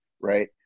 right